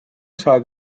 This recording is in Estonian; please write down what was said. saad